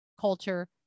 culture